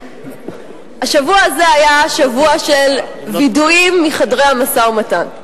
השבוע הזה היה שבוע של וידויים מחדרי המשא-ומתן.